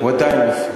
הוא עדיין רופא.